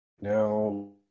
now